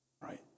right